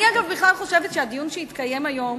אני, אגב, בכלל חושבת שהדיון שהתקיים היום